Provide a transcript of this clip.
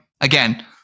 Again